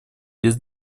без